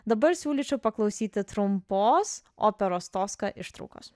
dabar siūlyčiau paklausyti trumpos operos toska ištraukos